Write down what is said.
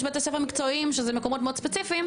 בתי ספר מקצועיים שזה מקומות מאוד ספציפיים,